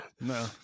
no